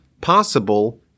possible